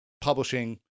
publishing